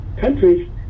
countries